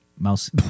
Mouse